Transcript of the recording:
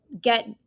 get